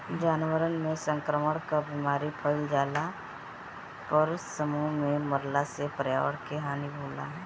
जानवरन में संक्रमण कअ बीमारी फइल जईला पर समूह में मरला से पर्यावरण के हानि होला